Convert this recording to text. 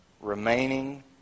remaining